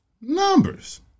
Numbers